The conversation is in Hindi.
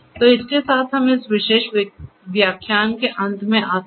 तो इसके साथ हम इस विशेष व्याख्यान के अंत में आते हैं